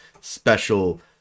special